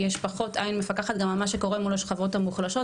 יש פחות עין מפקחת גם על מה שקורה מול השכבות המוחלשות,